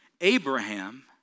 Abraham